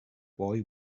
boy